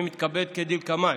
אני מתכבד להודיע כדלקמן: